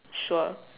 sure